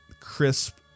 crisp